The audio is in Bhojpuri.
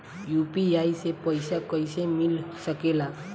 यू.पी.आई से पइसा कईसे मिल सके ला?